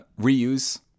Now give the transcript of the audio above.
reuse